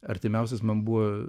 artimiausias man buvo